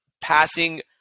passing